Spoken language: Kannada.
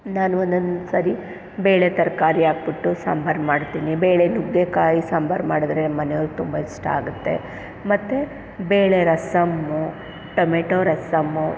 ನಾನು ಒಂದೊಂದ್ಸರಿ ಬೇಳೆ ತರಕಾರಿ ಹಾಕ್ಬಿಟ್ಟು ಸಾಂಬಾರು ಮಾಡ್ತೀನಿ ಬೇಳೆ ನುಗ್ಗೆಕಾಯಿ ಸಾಂಬಾರು ಮಾಡಿದ್ರೆ ಮನೆಯವ್ರಿಗೆ ತುಂಬ ಇಷ್ಟ ಆಗುತ್ತೆ ಮತ್ತು ಬೇಳೆ ರಸಮ್ಮು ಟೊಮೆಟೋ ರಸಮ್ಮು